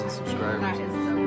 subscribers